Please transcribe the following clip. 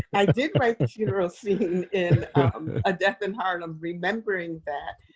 i did write the funeral scene in a death in harlem remembering that,